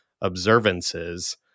observances